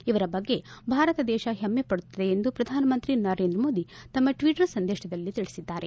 ಇವರ ಬಗ್ಗೆ ಭಾರತ ದೇಶ ಹೆಮ್ನೆ ಪಡುತ್ತದೆ ಎಂದು ಪ್ರಧಾನಮಂತ್ರಿ ಮೋದಿ ತಮ್ನ ಟ್ಟಟರ್ ಸಂದೇಶದಲ್ಲಿ ತಿಳಿಸಿದ್ದಾರೆ